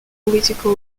political